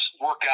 workout